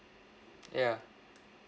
ya